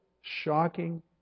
shocking